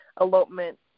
elopement